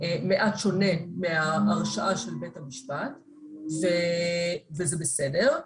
מעט שונה מההרשעה של בית המשפט וזה בסדר.